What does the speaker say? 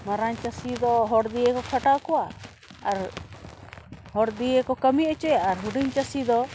ᱢᱟᱨᱟᱝ ᱪᱟᱹᱥᱤ ᱫᱚ ᱦᱚᱲ ᱫᱤᱭᱮ ᱠᱚ ᱠᱷᱟᱴᱟᱣ ᱠᱚᱣᱟ ᱟᱨ ᱦᱚᱲ ᱫᱤᱭᱮ ᱠᱚ ᱠᱟᱹᱢᱤ ᱪᱚᱭᱟ ᱟᱨ ᱦᱩᱰᱤᱝ ᱪᱟᱹᱥᱤ ᱫᱚ